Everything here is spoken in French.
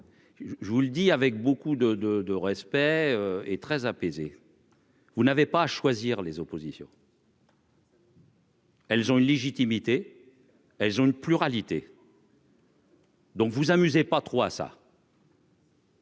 Je vous le dis avec beaucoup de, de, de respect et très apaisé. Vous n'avez pas à choisir les oppositions. Elles ont une légitimité, elles ont une pluralité. Donc vous amusez pas trop à ça.